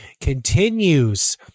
continues